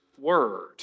word